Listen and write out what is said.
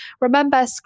Remember